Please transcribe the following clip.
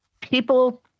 people